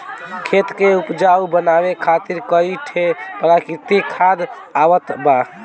खेत के उपजाऊ बनावे खातिर कई ठे प्राकृतिक खाद आवत बा